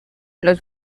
los